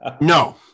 No